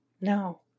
No